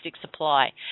supply